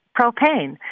propane